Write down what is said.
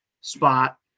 spot